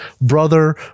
brother